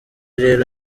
rero